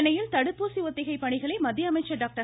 சென்னையில் கடுப்பூசி ஒத்திகை பணிகளை மத்திய அமைச்சர் டாக்டர்